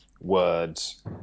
words